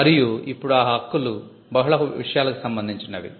మరియు ఇప్పుడు ఈ హక్కులు బహుళ విషయాలకు సంబంధించినవి